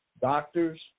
doctors